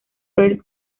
fred